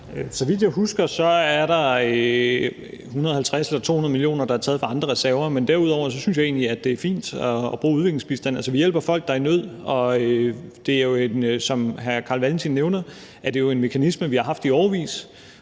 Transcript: Så vidt jeg husker, er det 150 mio. kr. eller 200 mio. kr., der er taget fra andre reserver. Men derudover synes jeg egentlig, det er fint at bruge udviklingsbistand. Altså, vi hjælper folk, der er i nød, og som hr. Carl Valentin nævner, er det jo en mekanisme, vi har haft i årevis,